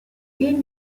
gehen